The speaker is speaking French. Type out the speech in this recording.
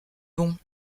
bon